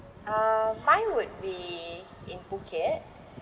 uh mine would be in Phuket